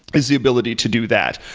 is the ability to do that.